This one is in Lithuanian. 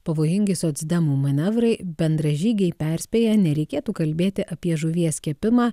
pavojingi socdemų manevrai bendražygiai perspėja nereikėtų kalbėti apie žuvies kepimą